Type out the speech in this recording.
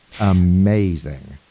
amazing